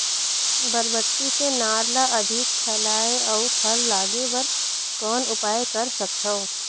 बरबट्टी के नार ल अधिक फैलाय अउ फल लागे बर कौन उपाय कर सकथव?